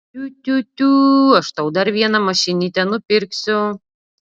tiu tiu tiū aš tau dar vieną mašinytę nupirksiu